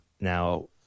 Now